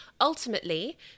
Ultimately